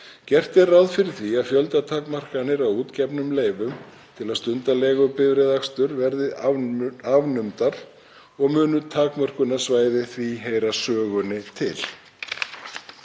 Gert er ráð fyrir því að fjöldatakmarkanir á útgefnum leyfum til að stunda leigubifreiðaakstur verði afnumdar og munu takmörkunarsvæði því heyra sögunni til.